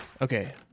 Okay